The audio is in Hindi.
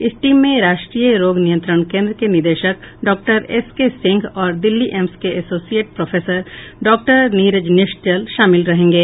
इस टीम में राष्ट्रीय रोग नियंत्रण केंद्र के निदेशक डॉक्टर एस के सिंह और दिल्ली एम्स के associate professor doctor Neeraj Nischal शामिल रहेंगे